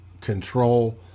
control